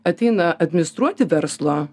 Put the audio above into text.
ateina administruoti verslo